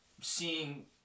seeing